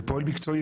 ופועל מקצועי,